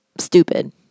stupid